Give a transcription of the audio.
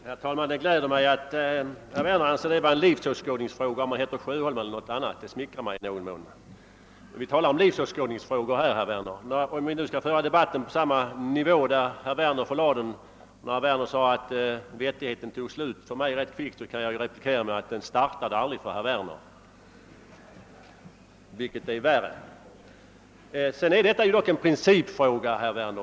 Herr talman! Det gläder mig att herr Werner anser att det är en livsåskådningsfråga, om man heter Sjöholm eller något annat. Det smickrar mig i någon mån. Vi talar om livsåskådningsfrågor här, herr Werner. Om vi nu skall föra debatten på samma nivå där herr Werner förlade den, när han sade att vettigheten hos mig tog slut rätt kvickt, kan jag replikera med att den aldrig startade för herr Werner, vilket är värre. Detta är dock en principfråga, herr Werner!